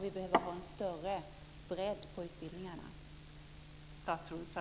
Vi behöver ha en större bredd på utbildningarna.